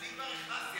אני כבר הכרזתי,